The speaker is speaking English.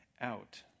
out